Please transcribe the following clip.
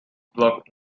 block